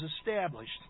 established